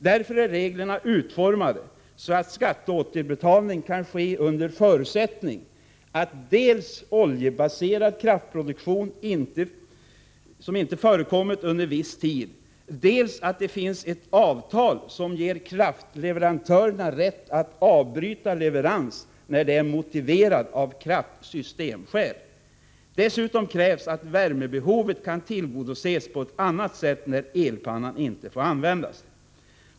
Därför är reglerna utformade så att skatteåterbetalning kan ske under förutsättning dels att oljebaserad kraftproduktion inte förekommit under viss tid, dels att det finns ett avtal som ger' kraftleverantören rätt att avbryta leverans när det är motiverat av kraftsystemskäl. Dessutom krävs att värmebehovet kan tillgodoses på ett annat sätt när elpannan inte får användas.